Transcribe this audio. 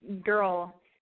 girl